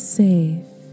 safe